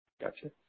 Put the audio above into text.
Gotcha